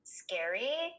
scary